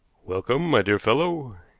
welcome, my dear fellow!